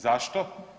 Zašto?